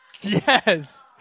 Yes